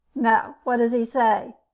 no, what does he say?